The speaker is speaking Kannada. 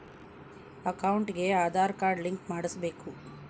ಅಕೌಂಟಿಗೆ ಆಧಾರ್ ಕಾರ್ಡ್ ಲಿಂಕ್ ಮಾಡಿಸಬೇಕು?